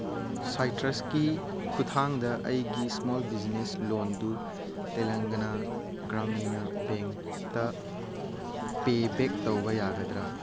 ꯁꯥꯏꯇ꯭ꯔꯁꯀꯤ ꯈꯨꯊꯥꯡꯗ ꯑꯩꯒꯤ small business ꯂꯣꯟꯗꯨ ꯇꯦꯂꯪꯒꯅ ꯒ꯭ꯔꯥꯃꯤꯅꯥ ꯕꯦꯡꯇ ꯄꯦꯕꯦꯛ ꯇꯧꯕ ꯌꯥꯒꯗ꯭ꯔꯥ